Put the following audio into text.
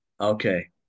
Okay